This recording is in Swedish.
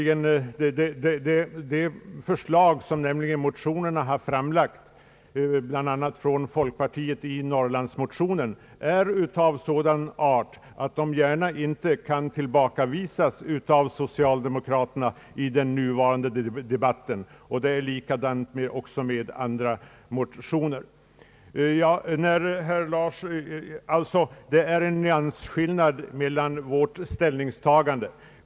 De förslag som framlagts i bl.a. folkpartiets Norrlandsmotion är av sådan art att de inte i dagens läge gärna kan tillbakavisas av socialdemokraterna. Det är likadant med andra motioner. Det är, som sagt, en nyansskillnad mellan de olika ställningstagandena.